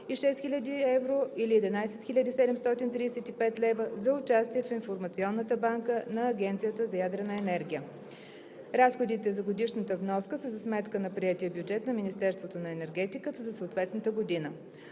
и 6 хил. евро или 11 хил. 735 лв. за участие в Информационната банка на Агенцията за ядрена енергия. Разходите за годишната вноска са за сметка на приетия бюджет на Министерството на енергетиката за съответната година.